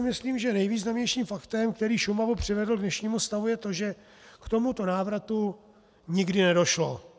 Myslím, že nejvýznamnějším faktem, který Šumavu přivedl k dnešnímu stavu, je to, že k tomuto návratu nikdy nedošlo.